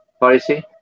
policy